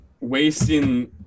wasting